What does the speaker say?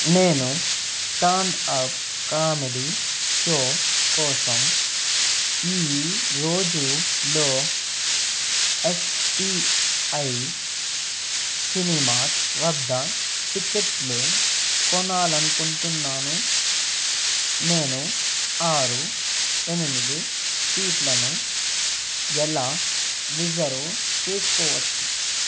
నేను stand up comedy show కోసం ఈ రోజులో ఎస్పీఐ సినిమాస్ వద్ద టిక్కెట్లు కొనాలనుకుంటున్నాను నేను ఆరు ఎనిమిది సీట్లను ఎలా రిజర్వ్ చేసుకోవచ్చు